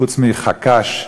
חוץ מחק"ש,